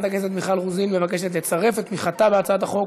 חברת הכנסת מיכל רוזין מבקשת לצרף את תמיכתה בהצעת החוק,